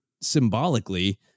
symbolically